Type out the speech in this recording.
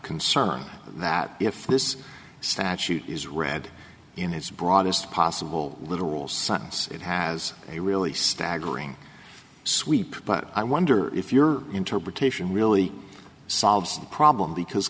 concern that if this statute is read in its broadest possible literal sense it has a really staggering sweep but i wonder if your interpretation really solves the problem because